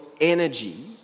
energy